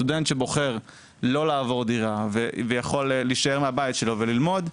סטודנט שבוחר לא לעבור דירה ויכול להישאר מהבית שלו וללמוד,